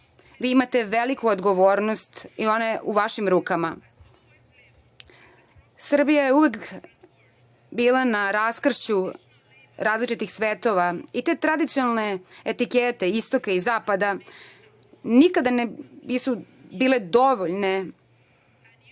Vi imate veliku odgovornost i ona je u vašim rukama. Srbija je uvek bila na raskršću različitih svetova i te tradicionalne etikete istoka i zapada nikada nisu bile dovoljne